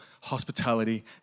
hospitality